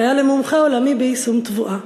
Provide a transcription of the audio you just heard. והיה למומחה עולמי באיסום תבואה.